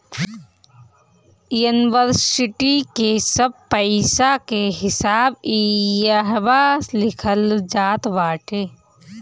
इन्वरसिटी के सब पईसा के हिसाब इहवा लिखल जात बाटे